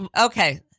Okay